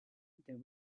there